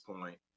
point